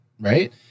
right